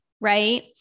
right